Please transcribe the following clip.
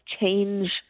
change